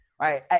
Right